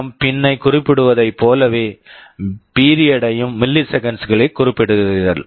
M PWM pin pin ஐ குறிப்பிடுவதைப் போலவே பீரியட் period ஐயும் மில்லிசெகண்ட்ஸ் milliseconds களில் குறிப்பிடுகிறீர்கள்